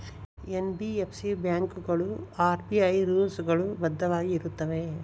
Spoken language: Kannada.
ಎನ್.ಬಿ.ಎಫ್.ಸಿ ಬ್ಯಾಂಕುಗಳು ಆರ್.ಬಿ.ಐ ರೂಲ್ಸ್ ಗಳು ಬದ್ಧವಾಗಿ ಇರುತ್ತವೆಯ?